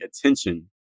attention